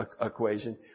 equation